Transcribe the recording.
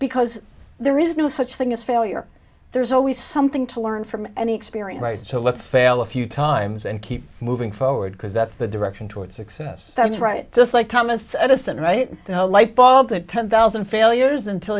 because there is no such thing as failure there's always something to learn from any experience so let's fail a few times and keep moving forward because that's the direction toward success that's right just like thomas edison right the light ball that ten thousand failures